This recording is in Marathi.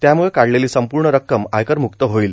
त्याम्ळे काढलेली संपूर्ण रक्कम आयकरम्क्त होईल